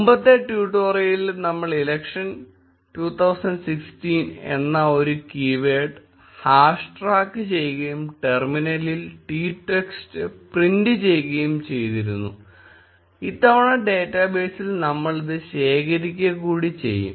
മുമ്പത്തെ ട്യൂട്ടോറിയലിൽ നമ്മൾ ഇലക്ഷൻ 2016 എന്ന ഒരു കീവേഡ് ഹാഷ് ട്രാക്കുചെയ്യുകയും ടെർമിനലിൽ ട്വീറ്റ് ടെക്സ്റ്റ് പ്രിന്റ് ചെയ്യുകയും ചെയ്തിരുന്നു ഇത്തവണ ഡേറ്റാബേസിൽ നമ്മളിത് ശേഖരിക്കുക കൂടി ചെയ്യും